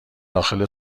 داخل